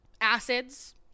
acids